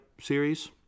series